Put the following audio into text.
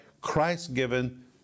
Christ-given